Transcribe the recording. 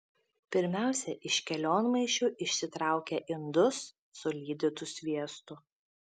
pirmiausia iš kelionmaišių išsitraukia indus su lydytu sviestu